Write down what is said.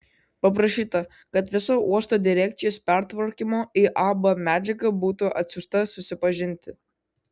paprašyta kad visa uosto direkcijos pertvarkymo į ab medžiaga būtų atsiųsta susipažinti